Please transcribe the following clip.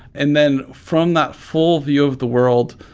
and then from that full view of the world,